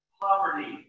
poverty